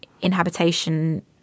inhabitation